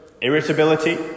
Irritability